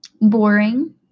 boring